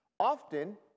Often